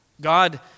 God